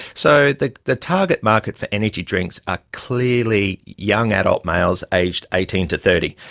so the the target market for energy drinks are clearly young adult males aged eighteen to thirty.